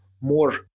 more